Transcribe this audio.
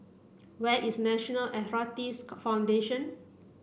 where is National Arthritis Foundation